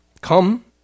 Come